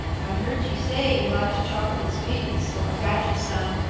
i heard you say you liked chocolate sweeties, so i got you some,